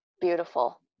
Beautiful